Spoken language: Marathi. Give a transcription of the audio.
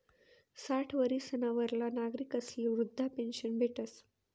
साठ वरीसना वरला नागरिकस्ले वृदधा पेन्शन भेटस